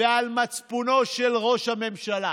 ועל מצפונו של ראש הממשלה.